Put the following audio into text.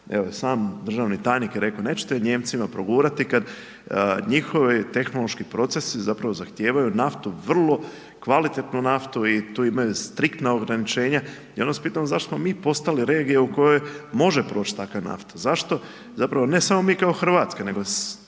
sam državni tajnik je rekao, nećete Nijemcima progurati kad njihovi tehnološki procesi zahtijevaju naftu vrlo kvalitetnu naftu i tu imaju striktna ograničenja. Ja vas pitam zašto smo mi postali regija u kojoj može proć takva nafta? Zašto, zapravo ne samo mi kao RH, nego